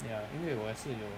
ya 因为我也是有